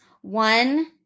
One